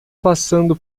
passando